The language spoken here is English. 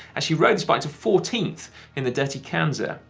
actually rode this bike to fourteenth in the dirty kanza,